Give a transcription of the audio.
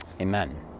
Amen